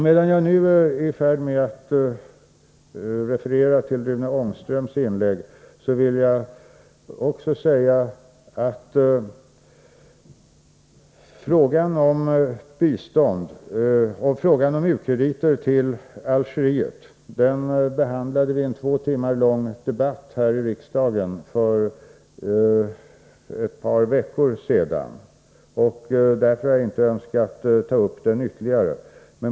Medan jag nu är i färd med att referera till Rune Ångströms inlägg, vill jag också säga att frågan om u-krediter till Algeriet behandlades i en två timmar lång debatt här i riksdagen för ett par veckor sedan, och därför har jag inte önskat ta upp den ytterligare.